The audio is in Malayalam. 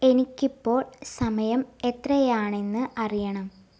എനിക്ക് ഇപ്പോൾ സമയം എത്രയാണെന്ന് അറിയണം